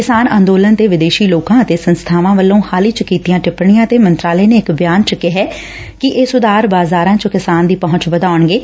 ਕਿਸਾਨ ਅੰਦੋਲਨ ਤੇ ਵਿਦੇਸ਼ੀ ਲੋਕਾਂ ਅਤੇ ਸੰਸਬਾਵਾਂ ਵੱਲੋਂ ਹਾਲ ਹੀ ਚ ਕੀਤੀਆਂ ਟਿੱਪਣੀਆਂ ਤੇ ਮੰਤਰਾਲੇ ਨੇ ਇਕ ਬਿਆਨ ਚ ਕਿਹੈ ਕਿ ਇਹ ਸੁਧਾਰ ਬਾਜ਼ਾਰ ਚ ਕਿਸਾਨ ਦੀ ਪਹੁੰਚ ਵਧਾਉਣਗੇ